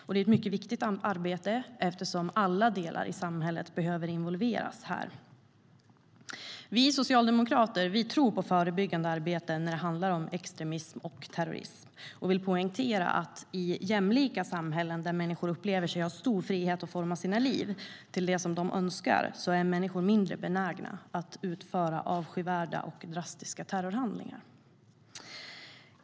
Det är ett mycket viktigt arbete eftersom alla delar i samhället behöver involveras. Vi socialdemokrater tror på förebyggande arbete när det handlar om extremism och terrorism, och vi vill poängtera att i jämlika samhällen där människor upplever sig ha stor frihet att forma sina liv så som de önskar är människor mindre benägna att utföra avskyvärda och drastiska terrorhandlingar.